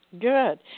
Good